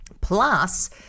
Plus